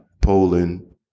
Poland